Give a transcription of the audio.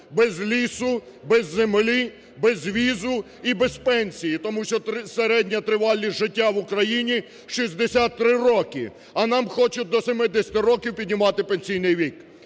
Без лісу, без землі, без візу і без пенсій, тому що середня тривалість життя в Україні 63 роки, а нам хочуть до 70 років піднімати пенсійний вік.